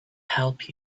help